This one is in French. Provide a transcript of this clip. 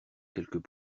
quelques